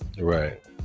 Right